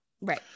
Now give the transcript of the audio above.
Right